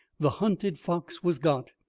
the hunted fox was got,